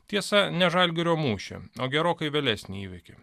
tiesa ne žalgirio mūšį o gerokai vėlesnį įvykį